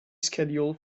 schedule